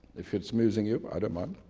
if it's amusing you i don't mind.